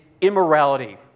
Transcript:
immorality